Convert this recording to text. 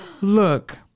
look